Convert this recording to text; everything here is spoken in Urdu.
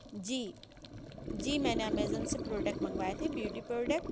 جی جی میں نے امیزن سے پروڈیکٹ منگوائے تھے بیوٹی پروڈیکٹ